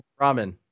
ramen